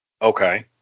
Okay